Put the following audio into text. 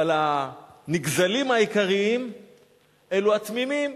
אבל הנגזלים העיקריים אלו התמימים.